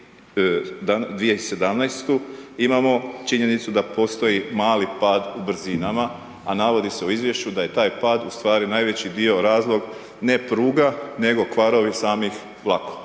i 2017. imamo činjenicu da postoji mali pad u brzinama, a navodi se u izvješću da je taj pad ustvari najveći dio razlog, ne pruga nego kvarovi samih vlakova.